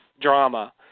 drama